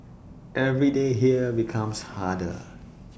every day here becomes harder